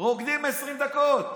ורוקדים 20 דקות.